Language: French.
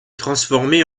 transformée